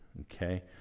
okay